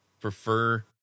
prefer